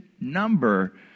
number